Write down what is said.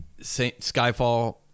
Skyfall